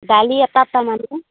দালি এটা এটা মানুহ